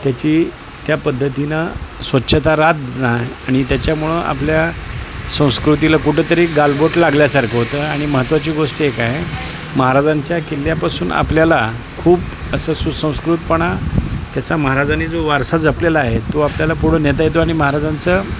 त्याची त्या पद्धतीनं स्वच्छता राहत नाही आणि त्याच्यामुळं आपल्या संस्कृतीला कुठंतरी गालबोट लागल्यासारखं होतं आणि महत्त्वाची गोष्टी एक आहे महाराजांच्या किल्ल्यापासून आपल्याला खूप असं सुसंस्कृतपणा त्याचा महाराजांनी जो वारसा जपलेला आहे तो आपल्याला पुढं नेता येतो आणि महाराजांचं